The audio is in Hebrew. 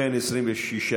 6), התש"ף 2020, נתקבל.